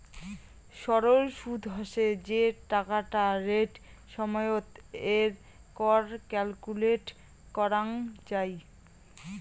সরল সুদ হসে যে টাকাটা রেট সময়ত এর কর ক্যালকুলেট করাঙ যাই